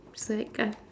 it's like I